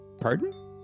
Pardon